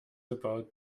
about